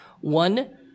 One